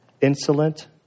insolent